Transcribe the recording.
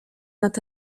nad